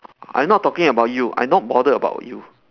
I not talking about you I not bothered about you